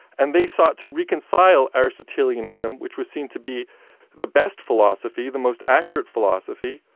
and they sought to reconcile aristotelianism, which was seen to be the best philosophy, the most accurate philosophy,